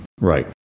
Right